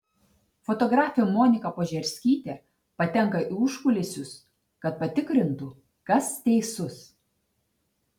fotografė monika požerskytė patenka į užkulisius kad patikrintų kas teisus